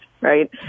right